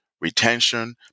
retention